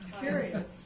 Curious